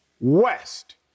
West